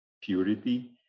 purity